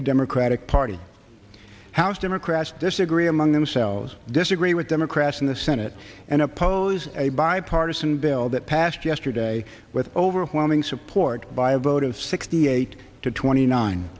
the democratic party house democrats disagree among themselves disagree with democrats in the senate and oppose a bipartisan bill that passed yesterday with overwhelming support by a vote of sixty eight to twenty nine